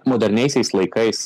moderniaisiais laikais